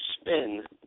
spin